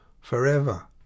forever